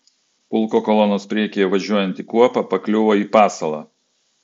pulko kolonos priekyje važiuojanti kuopa pakliuvo į pasalą